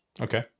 Okay